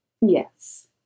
Yes